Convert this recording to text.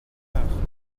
heure